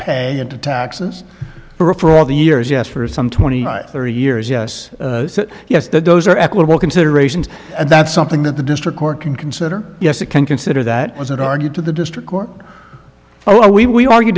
pay into taxes for all the years yes for some twenty thirty years yes yes those are equitable considerations and that's something that the district court can consider yes it can consider that wasn't argued to the district court or we ar